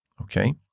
Okay